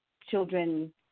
children